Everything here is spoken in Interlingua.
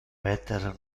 peter